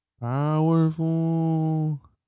Powerful